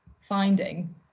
finding